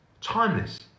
Timeless